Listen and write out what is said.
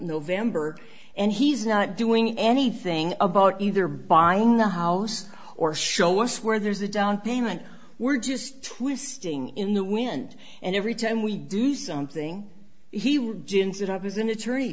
november and he's not doing anything about either bind the house or show us where there's a down payment we're just twisting in the wind and every time we do something he gins it up as an attorney